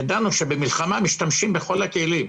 ידענו שבמלחמה משתמשים בכל הכלים,